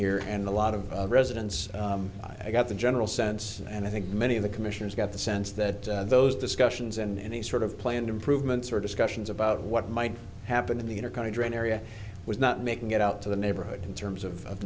here and a lot of residents i got the general sense and i think many of the commissioners got the sense that those discussions and any sort of planned improvements or discussions about what might happen in the inner kind of drain area was not making it out to the neighborhood in terms of